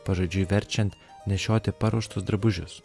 pažodžiui verčiant nešioti paruoštus drabužius